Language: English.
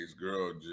girl